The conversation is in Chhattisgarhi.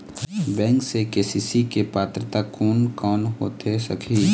बैंक से के.सी.सी के पात्रता कोन कौन होथे सकही?